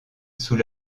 sous